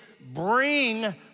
bring